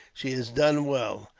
she has done well.